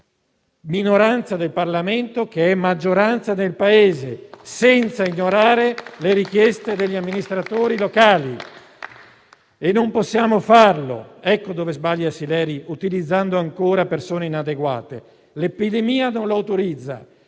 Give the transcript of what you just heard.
minoranza nel Parlamento è maggioranza nel Paese. Non bisogna ignorare le richieste degli amministratori locali; non possiamo farlo, ecco dove sbaglia il sottosegretario Sileri utilizzando ancora persone inadeguate: l'epidemia non lo autorizza,